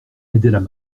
aidaient